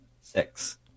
six